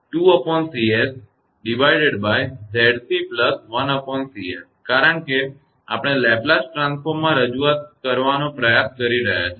તેથી 2𝐶𝑆𝑍𝑐1𝐶𝑆 કારણ કે આપણે લેપલેસ ટ્રાન્સફોર્મમાં રજૂઆત કરવાનો પ્રયાસ કરી રહ્યાં છીએ